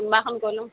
কোনোবা এখন কৈ ল'ম